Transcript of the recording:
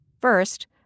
First